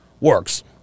works